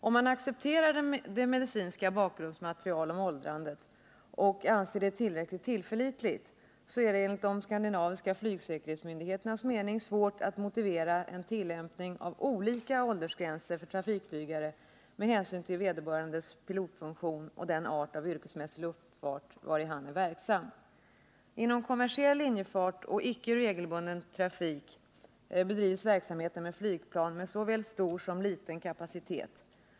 Om man accepterar det medicinska bakgrundsmaterialet om åldrandet och anser det tillräckligt tillförlitligt, är det enligt de skandinaviska flygsäkerhetsmyndigheternas mening svårt att motivera en tillämpning av olika åldersgränser för trafikflygare med hänsyn till vederbörandes pilotfunktion och den art av yrkesmässig luftfart vari han är verksam. Inom kommersiell linjefart och icke regelbunden trafik bedrivs verksamheten med flygplan med såväl stor som liten kapacitet.